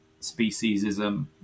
speciesism